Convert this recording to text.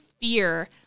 fear